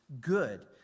good